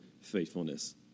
faithfulness